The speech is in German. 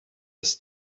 dass